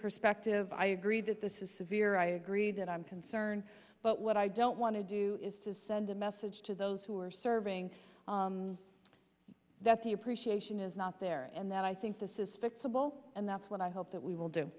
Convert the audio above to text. perspective i agree that this is severe i agree that i'm concerned but what i don't want to do is to send a message to those who are serving that the appreciation is not there and that i think the suspect symbol and that's what i hope that we will do